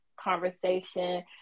conversation